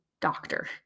doctor